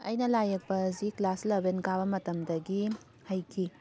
ꯑꯩꯅ ꯂꯥꯏ ꯌꯦꯛꯄ ꯑꯁꯤ ꯀ꯭ꯂꯥꯁ ꯏꯂꯦꯚꯦꯟ ꯀꯥꯕ ꯃꯇꯝꯗꯒꯤ ꯍꯩꯈꯤ